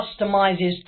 customizes